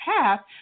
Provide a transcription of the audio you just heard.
path